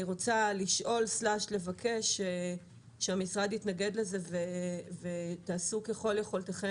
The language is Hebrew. אני רוצה לשאול/לבקש שהמשרד יתנגד לזה ותעשו ככל יכולתם